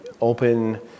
open